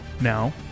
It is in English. now